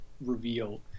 reveal